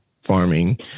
farming